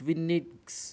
Twinings